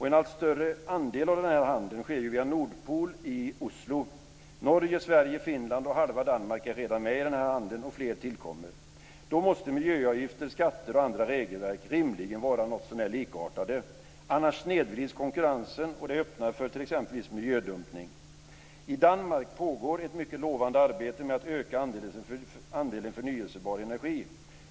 En allt större andel av den här handeln sker via Danmark är redan med i den här handeln, och fler tillkommer. Då måste miljöavgifter, skatter och andra regelverk rimligen vara någotsånär likartade. Annars snedvrids konkurrensen, och det öppnar för t.ex. miljödumpning. I Danmark pågår ett mycket lovande arbete med att öka andelen förnyelsebar energi.